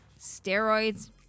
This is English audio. steroids